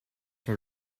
for